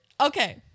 Okay